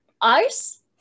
ice